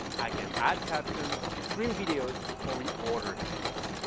i can add captions, trim videos, or reorder things.